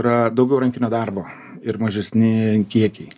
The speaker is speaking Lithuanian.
yra daugiau rankinio darbo ir mažesni kiekiai